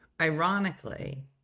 ironically